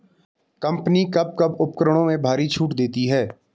Company कब कब उपकरणों में भारी छूट देती हैं?